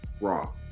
Raw